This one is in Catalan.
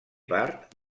part